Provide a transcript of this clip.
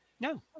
No